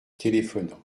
téléphonant